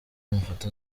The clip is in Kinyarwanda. amafoto